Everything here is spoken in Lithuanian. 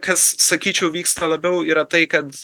kas sakyčiau vyksta labiau yra tai kad